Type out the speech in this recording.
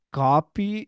copy